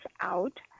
out